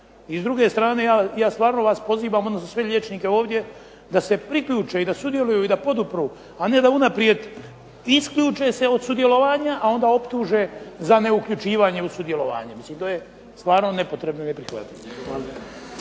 I s druge strane, ja stvarno vas pozivam odnosno sve liječnike ovdje da se priključe i da sudjeluju i da podupru, a ne da unaprijed isključe se od sudjelovanja a onda optuže za neuključivanje u sudjelovanje. Mislim to je stvarno nepotrebno i neprihvatljivo.